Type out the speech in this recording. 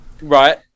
Right